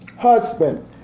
Husband